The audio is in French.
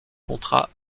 contrat